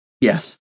Yes